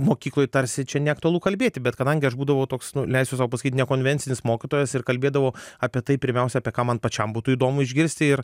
mokykloj tarsi čia neaktualu kalbėti bet kadangi aš būdavau toks nu leisiu sau paskyt nekonvencinis mokytojas ir kalbėdavau apie tai pirmiausia apie ką man pačiam būtų įdomu išgirsti ir